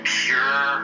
pure